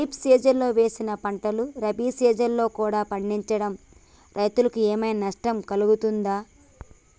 ఖరీఫ్ సీజన్లో వేసిన పంటలు రబీ సీజన్లో కూడా పండించడం రైతులకు ఏమైనా నష్టం కలుగుతదా?